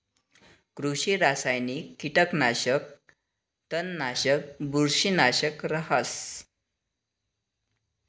कृषि रासायनिकहाई कीटकनाशक, तणनाशक, बुरशीनाशक रहास